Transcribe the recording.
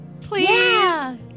Please